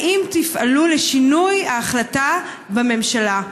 האם תפעלו לשינוי ההחלטה בממשלה?